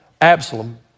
Absalom